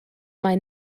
mae